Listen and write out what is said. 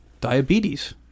diabetes